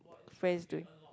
friends doing